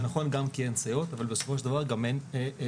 זה נכון גם כי אין סייעות אבל בסופו של דבר גם כי אין מטפלים.